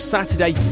Saturday